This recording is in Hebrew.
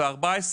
14,